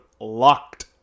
LOCKED